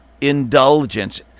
indulgence